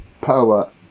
power